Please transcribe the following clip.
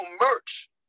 merch